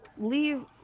Leave